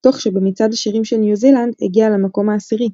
תוך שבמצעד השירים של ניו זילנד הגיע למקום העשירי.